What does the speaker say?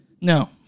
No